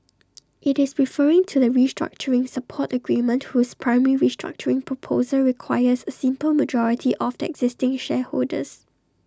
IT is referring to the restructuring support agreement whose primary restructuring proposal requires A simple majority of the existing shareholders